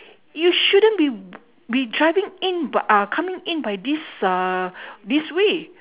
you shouldn't be be driving in bu~ uh coming in by this uh this way